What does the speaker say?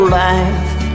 life